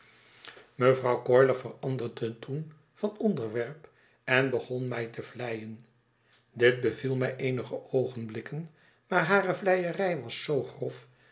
mevrouw coiler veranderde toen van onderwerp en begon mij te vleien dit beviel my eenige oogenblikken maar hare vleierij was zoo grof